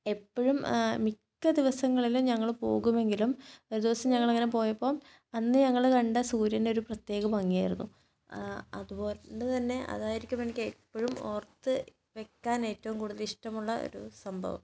എപ്പോഴും മിക്ക ദിവസങ്ങളിലും ഞങ്ങൾ പോകുമെങ്കിലും ഒരു ദിവസം ഞങ്ങൾ അങ്ങനെ പോയപ്പം അന്ന് ഞങ്ങൾ കണ്ട സൂര്യനൊരു പ്രത്യേക ഭംഗിയായിരുന്നു അതുകൊണ്ട് തന്നെ അതായിരിക്കും എനിക്ക് എപ്പോഴും ഓർത്ത് വയ്ക്കാൻ ഏറ്റവും കൂടുതൽ ഇഷ്ടമുള്ള ഒരു സംഭവം